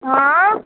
हँ